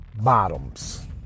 bottoms